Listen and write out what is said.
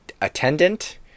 attendant